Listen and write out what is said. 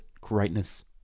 greatness